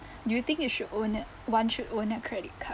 do you think you should own one should own a credit card